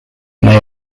may